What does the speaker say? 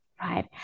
right